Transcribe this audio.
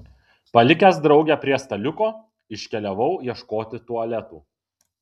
palikęs draugę prie staliuko iškeliavau ieškoti tualetų